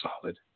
solid